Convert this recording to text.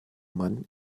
mann